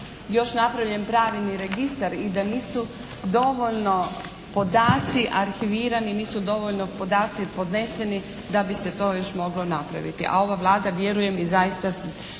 još napravljen ni pravi registar i da nisu dovoljno podaci arhivirani, nisu dovoljno podaci podneseni da bi se to još moglo napraviti, a ova Vlada vjerujem i zaista